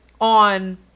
on